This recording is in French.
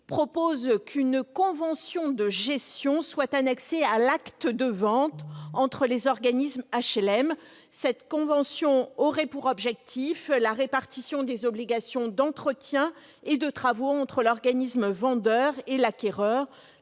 qu'une convention de gestion soit annexée à l'acte de vente entre les organismes HLM. Celle-ci aurait pour objet non seulement la répartition des obligations d'entretien et de travaux entre l'organisme vendeur et l'acquéreur,